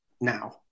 now